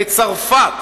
בצרפת